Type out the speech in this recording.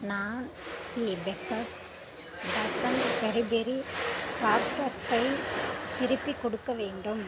நான் the baker's dozen berry berry கிராக்கர்ஸை திருப்பிக் கொடுக்க வேண்டும்